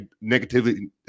negatively